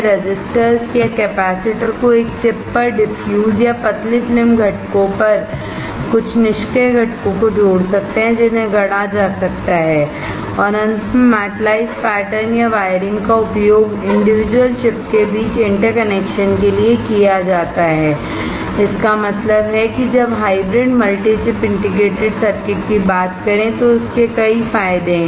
एकल चिप या पतली फिल्म घटकों पर डिफ्यूज़ रेसिस्टर्स या कैपेसिटर कुछ निष्क्रिय घटकों के हो सकते हैं जिन्हें गढ़ा जा सकता है और अंत में मेटलाइज्ड पैटर्न या वायरिंग का उपयोग इंडिविजुअल चिप के बीच इंटरकनेक्शन के लिए किया जाता है इसका मतलब है कि जब hybrid multi chip integrated circuit की बात करें तो उसके कई फायदे हैं